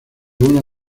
uno